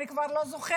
אני כבר לא זוכרת,